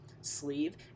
sleeve